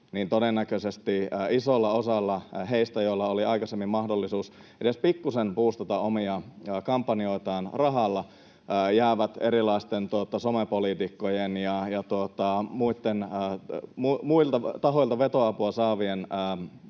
todennäköisesti iso osa heistä, joilla oli aikaisemmin mahdollisuus edes pikkuisen buustata omia kampanjoitaan rahalla, jää erilaisten somepoliitikkojen ja muilta tahoilta vetoapua saavien